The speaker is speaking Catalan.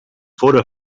fóra